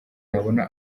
yabona